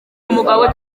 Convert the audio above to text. umugabo